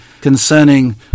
concerning